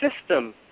system